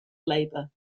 labor